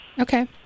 Okay